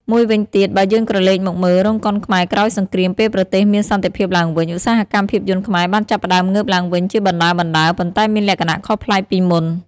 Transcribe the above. មួយវិញទៀតបើយើងក្រឡេកមកមើល រោងកុនខ្មែរក្រោយសង្គ្រាមពេលប្រទេសមានសន្តិភាពឡើងវិញ ឧស្សាហកម្មភាពយន្តខ្មែរបានចាប់ផ្ដើមងើបឡើងវិញជាបណ្ដើរៗ ប៉ុន្តែមានលក្ខណៈខុសប្លែកពីមុន។